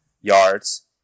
yards